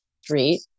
street